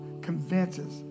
convinces